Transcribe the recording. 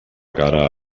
cara